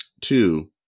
Two